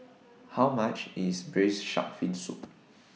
How much IS Braised Shark Fin Soup